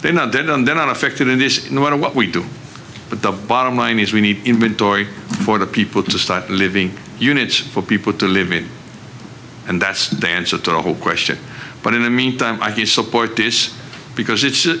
they're not dead on they're not affected in this no matter what we do but the bottom line is we need inventory for the people to start living units for people to live in and that's the answer to the whole question but in the meantime i do support this because it's